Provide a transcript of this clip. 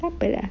apa lah